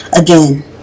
Again